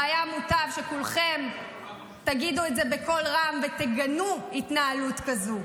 והיה מוטב שכולכם תגידו את זה בקול רם ותגנו התנהלות כזאת.